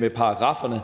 med paragrafferne,